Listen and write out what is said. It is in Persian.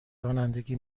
رانندگی